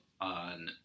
on